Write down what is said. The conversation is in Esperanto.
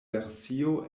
versio